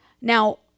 Now